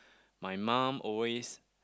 my mum always